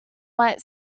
white